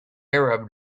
arab